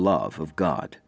love of god